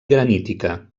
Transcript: granítica